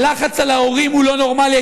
הלחץ על ההורים הוא לא נורמלי.